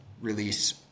release